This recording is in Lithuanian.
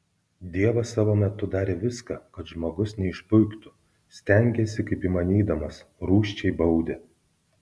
dievas savo metu darė viską kad žmogus neišpuiktų stengėsi kaip įmanydamas rūsčiai baudė